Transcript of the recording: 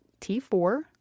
T4